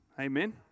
amen